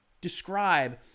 describe